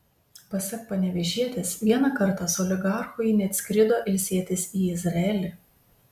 pasak panevėžietės vieną kartą su oligarchu ji net skrido ilsėtis į izraelį